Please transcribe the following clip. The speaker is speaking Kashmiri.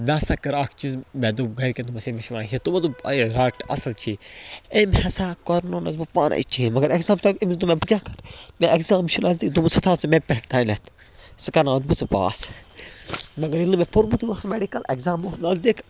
مےٚ ہسا کٔر اکھ چیٖز مےٚ دوٚپ گِرِکٮ۪ن دوٚپمس ہے مےٚ چھُ یِوان ہِتھ تِمو دوٚپ اے رٹ اَصٕل چھی أمۍ ہسا کَرنونَس بہٕ پانَے چیٚنٛج مگر اٮ۪کزام چھُ أمِس دوٚپ مےٚ بہٕ کیٛاہ کَرٕ مےٚ اٮ۪کزام چھُ نزدیٖک دوٚپُن سُہ تھاو سُہ مےٚ پٮ۪ٹھ تانٮ۪تھ سُہ کرناوتھ بہٕ ژٕ پاس مگر ییٚلہِ نہٕ مےٚ پوٚرمُتٕے اوس مٮ۪ڈِکَل اٮ۪کزام اوس نزدیٖک